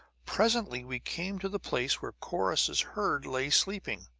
presently we came to the place where corrus's herd lay sleeping.